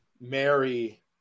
Mary